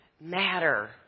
matter